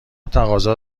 تقاضا